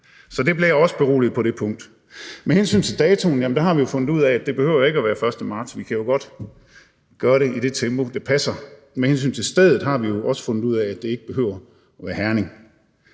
punkt blev jeg også beroliget. Med hensyn til datoen har vi jo fundet ud af, at det ikke behøver at være den 1. marts – vi kan godt gøre det i det tempo, der passer – og med hensyn til stedet har vi også fundet ud af, at det ikke behøver at være Herning.